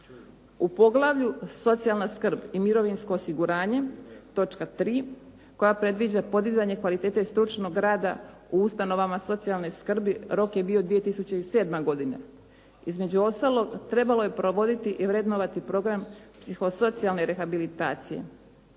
U poglavlju Socijalna skrb i mirovinsko osiguranje, točka 3. koja predviđa podizanje kvalitete stručnog rada u ustanovama socijalne skrbi, rok je bio 2007. godina. Između ostalog, trebalo je provoditi i vrednovati program psihosocijalne rehabilitacije.